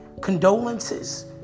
condolences